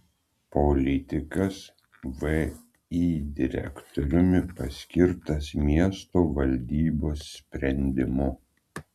politikas vį direktoriumi paskirtas miesto valdybos sprendimu